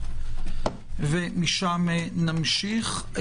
ומשם נמשיך.